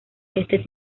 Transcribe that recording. este